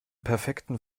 perfekten